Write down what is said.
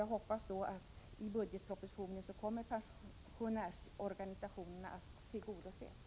Jag hoppas då att pensionärsorganisationernas önskemål kommer att tillgodoses i budgetpropositionen.